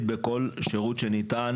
בכל שירות שניתן,